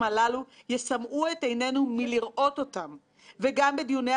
הוא השאלה באם העיוות בהקצאת האשראי לאורך זמן ובאופן